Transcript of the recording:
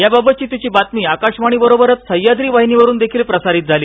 याबाबतची तिची बातमी आकाशवाणी बरोबरच सह्याद्री वाहिनीवरून प्रसिद्ध झाली